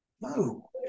No